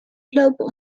gelopen